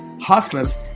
hustlers